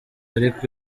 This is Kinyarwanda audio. ariko